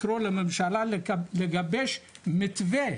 לקרוא לממשלה לגבש מתווה